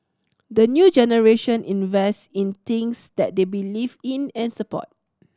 the new generation invest in things that they believe in and support